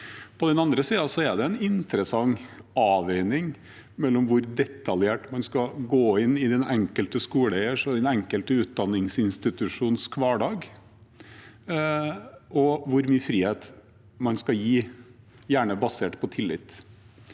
På den andre siden er det en interessant avveining mellom hvor detaljert man skal gå inn i den enkelte skoleeiers og den enkelte utdanningsinstitusjons hverdag, og hvor mye frihet man skal gi, gjerne basert på tillit.